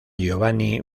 giovanni